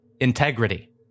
Integrity